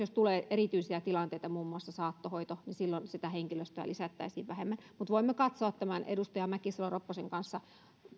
silloin jos tulee erityisiä tilanteita muun muassa saattohoito sitä henkilöstöä lisättäisiin enemmän mutta voimme katsoa tämän edustaja mäkisalo ropposen kanssa